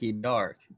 dark